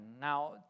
Now